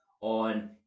on